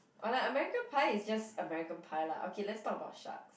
or like American-Pie is just American-Pie lah okay let's talk about sharks